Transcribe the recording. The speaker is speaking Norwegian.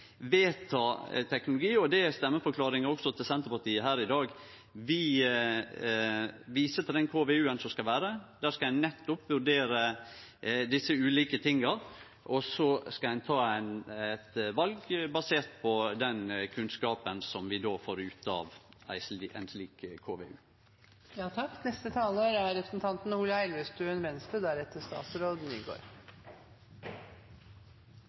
vedta teknologi, og det er også stemmeforklaringa til Senterpartiet her i dag – vi viser til den KVU-en som skal lagast. Der skal ein nettopp vurdere desse ulike tinga, og så skal ein ta val basert på den kunnskapen som vi får ut av ein slik KVU. Å få en utslippsfri jernbane er